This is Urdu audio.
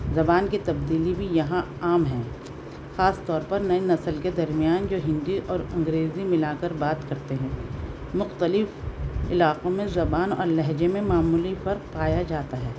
زبان کے تبدیلی بھی یہاں عام ہیں خاص طور پر نئے نسل کے درمیان جو ہندی اور انگریزی ملا کر بات کرتے ہیں مختلف علاقوں میں زبان اور لہجے میں معمولی فرق پایا جاتا ہے